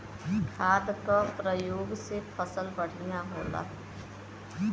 खाद क परयोग से फसल बढ़िया होला